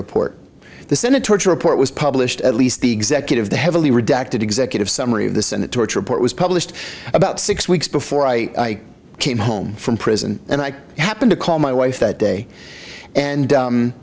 report the senate report was published at least the executive the heavily redacted executive summary of the senate torture report was published about six weeks before i came home from prison and i happened to call my wife that day and